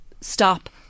stop